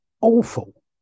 awful